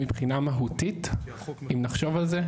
מבחינה מהותית אם נחשוב על זה,